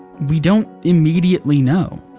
we don't immediately know.